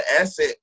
asset